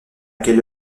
quelle